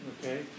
Okay